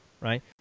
right